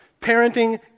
Parenting